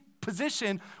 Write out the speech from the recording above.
position